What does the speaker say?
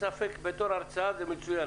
אין ספק שבתור הרצאה זה מצוין,